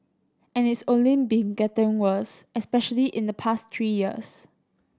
and it's only been getting worse especially in the past three years